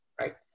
Right